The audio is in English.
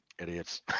idiots